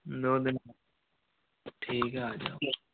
दो दिन में ठीक है आ जाओ